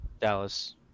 Dallas